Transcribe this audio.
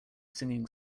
singing